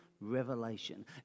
revelation